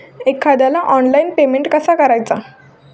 एखाद्याला online payment कसा करायचा?